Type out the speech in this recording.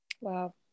Wow